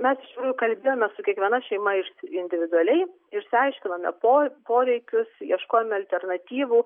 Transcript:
mes kalbėjome su kiekviena šeima iš individualiai išsiaiškinome po poreikius ieškojome alternatyvų